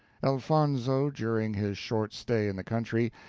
elfonzo, during his short stay in the country,